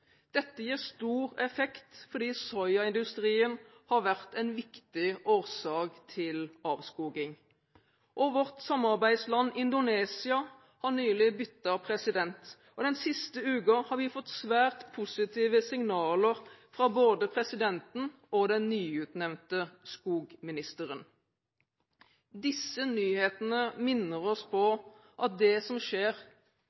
Dette gir stor effekt fordi soyaindustrien har vært en viktig årsak til avskoging. Vårt samarbeidsland Indonesia har nylig byttet president, og den siste uken har vi fått svært positive signaler fra både presidenten og den nyutnevnte skogministeren. Disse nyhetene minner oss